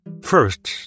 First